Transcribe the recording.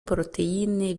poroteyine